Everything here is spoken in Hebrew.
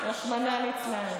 רחמנא ליצלן.